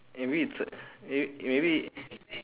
eh maybe it's a may~ maybe